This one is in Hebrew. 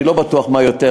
אני לא בטוח מה עדיף,